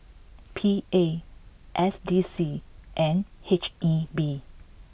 P A S D C and H E B